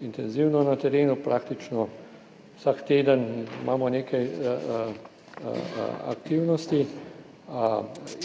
intenzivno na terenu, praktično vsak teden imamo nekaj aktivnosti,